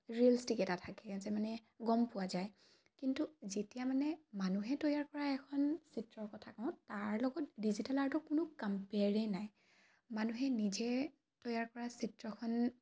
realistic এটা থাকে যে মানে গম পোৱা যায় কিন্তু যেতিয়া মানে মানুহে তৈয়াৰ কৰা এখন চিত্ৰৰ কথা কওঁ তাৰ লগত ডিজিটেল আৰ্টৰ কোনো কাম্পেৰাই নাই মানুহে নিজে তৈয়াৰ কৰা চিত্ৰখন